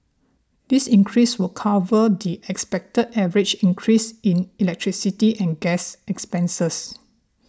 this increase will cover the expected average increase in electricity and gas expenses